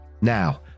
Now